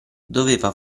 doveva